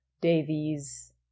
Davies